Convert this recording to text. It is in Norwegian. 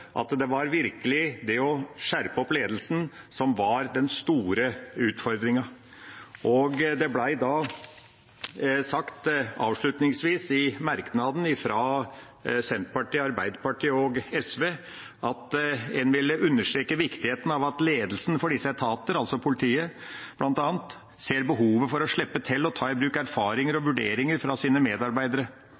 at det var virkelig det å skjerpe opp ledelsen som var den store utfordringen. Og det ble sagt, avslutningsvis, i merknaden fra Senterpartiet, Arbeiderpartiet og SV at en «vil understreke viktigheten av at ledelsen for disse etater» – altså politiet, bl.a. – «ser behovet for å slippe til og ta i bruk erfaringer og vurderinger fra sine medarbeidere.